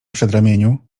przedramieniu